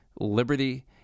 liberty